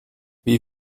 wie